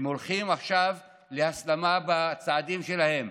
הם הולכים עכשיו להסלמה בצעדים שלהם.